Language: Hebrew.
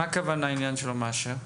מה הכוונה בעניין שלא מאפשר?